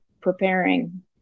preparing